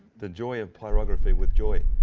the joy of pyrography with joy.